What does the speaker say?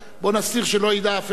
בוא נסתיר שלא ידע אף אחד.